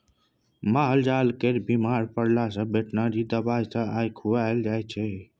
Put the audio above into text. मालजाल केर बीमार परला सँ बेटनरी सँ दबाइ आनि खुआएल जाइ छै